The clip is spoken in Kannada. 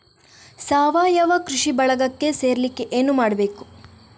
ಸಾವಯವ ಕೃಷಿ ಬಳಗಕ್ಕೆ ಸೇರ್ಲಿಕ್ಕೆ ಏನು ಮಾಡ್ಬೇಕು?